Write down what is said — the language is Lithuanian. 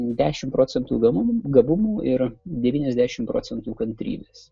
dešimt procentų ganumų gabumų ir devyniasdešimt procentų kantrybės